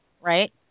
right